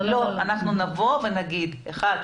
אנחנו נבוא ונגיד 1,